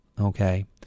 okay